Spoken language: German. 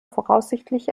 voraussichtlich